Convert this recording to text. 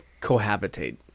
cohabitate